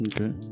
okay